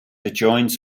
adjoins